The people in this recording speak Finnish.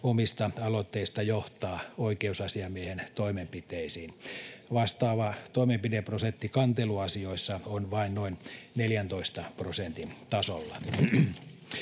omista aloitteista johtaa oikeusasiamiehen toimenpiteisiin. Vastaava toimenpideprosentti kanteluasioissa on vain noin 14 prosentin tasolla.